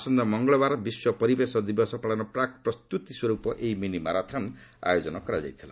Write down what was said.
ଆସନ୍ତା ମଙ୍ଗଳବାର ବିଶ୍ୱ ପରିବେଶ ଦିବସ ପାଳନର ପ୍ରାକ୍ ପ୍ରସ୍ତୁତିସ୍ୱରୂପ ଏହି ମିନି ମାରାଥନ୍ ଆୟୋଜିତ ହୋଇଛି